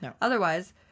Otherwise